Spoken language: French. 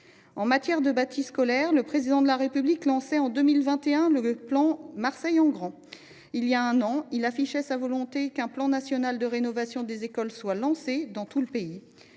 En matière de bâti scolaire, le Président de la République a lancé en 2021 le plan « Marseille en grand ». Il y a un an, il a affiché sa volonté qu’un plan national de rénovation des écoles soit lancé dans tout le pays,